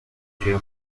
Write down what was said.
大学